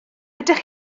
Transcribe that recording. ydych